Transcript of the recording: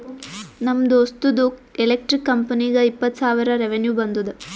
ನಮ್ ದೋಸ್ತ್ದು ಎಲೆಕ್ಟ್ರಿಕ್ ಕಂಪನಿಗ ಇಪ್ಪತ್ತ್ ಸಾವಿರ ರೆವೆನ್ಯೂ ಬಂದುದ